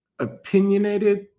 opinionated